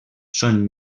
són